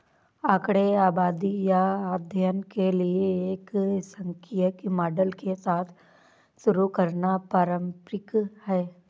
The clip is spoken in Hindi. आंकड़े आबादी या अध्ययन के लिए एक सांख्यिकी मॉडल के साथ शुरू करना पारंपरिक है